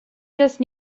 just